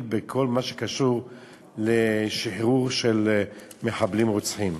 בכל מה שקשור לשחרור של מחבלים רוצחים.